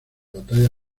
batalla